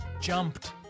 jumped